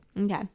Okay